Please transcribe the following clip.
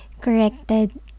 corrected